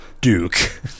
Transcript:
Duke